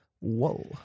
Whoa